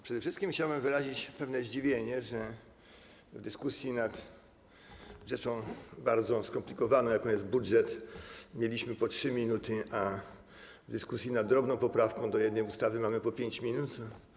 Przede wszystkim chciałbym wyrazić pewne zdziwienie, że w dyskusji nad rzeczą bardzo skomplikowaną, jaką jest budżet, mieliśmy po 3 minuty, a w dyskusji nad drobną poprawką do jednej ustawy mamy po 5 minut.